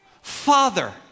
father